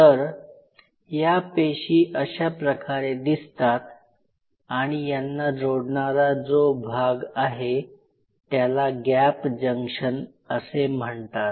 तर ह्या पेशी अश्या प्रकारे दिसतात आणि यांना जोडणारा जो भाग आहे त्याला गॅप जंक्शन असे म्हणतात